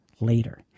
later